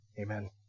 amen